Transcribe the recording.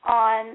on